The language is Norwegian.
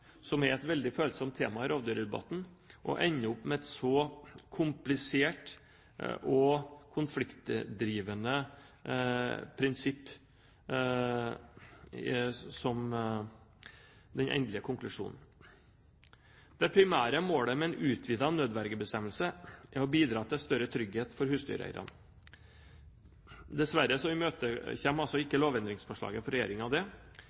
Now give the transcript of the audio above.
som er et veldig følsomt tema i rovdyrdebatten – og med et så komplisert og konfliktdrivende prinsipp som den endelige konklusjonen. Det primære målet med en utvidet nødvergebestemmelse er å bidra til større trygghet for husdyreierne. Dessverre imøtekommer ikke lovendringsforslaget fra regjeringen det.